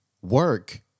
work